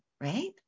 right